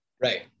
Right